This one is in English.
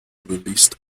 released